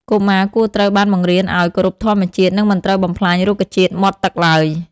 កុមារគួរត្រូវបានបង្រៀនឱ្យ គោរពធម្មជាតិ និងមិនត្រូវបំផ្លាញរុក្ខជាតិមាត់ទឹកឡើយ។